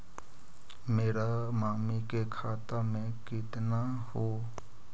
मेरा मामी के खाता में कितना हूउ?